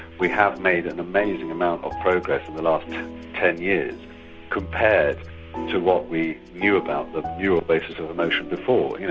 we have made an amazing amount of progress in the last ten years compared to what we knew about the neural basis of emotion before. you know